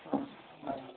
ಹಾಂ ಹಾಂ